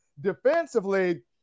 Defensively